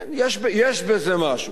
כן, יש בזה משהו.